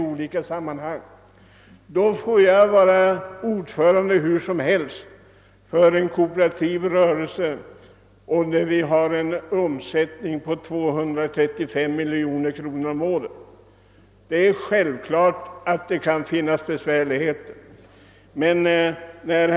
Som ordförande i en kooperativ förening med en omsättning på 235 miljoner kronor om året vet jag att det finns svårigheter att skaffa personal.